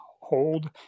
hold